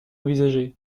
envisagée